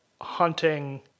hunting